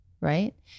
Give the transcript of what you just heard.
right